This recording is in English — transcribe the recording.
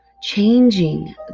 changing